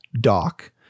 Doc